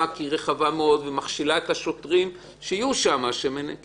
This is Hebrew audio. כי היא רחבה מאוד ומכשילה את השוטרים שיהיו שם כי